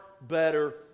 better